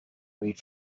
wait